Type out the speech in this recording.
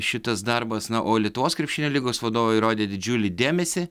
šitas darbas na o lietuvos krepšinio lygos vadovai rodė didžiulį dėmesį